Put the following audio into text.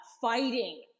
fighting